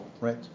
right